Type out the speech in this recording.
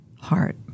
heart